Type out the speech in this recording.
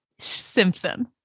Simpson